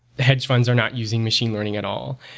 hedge fund are not using machine learning at all.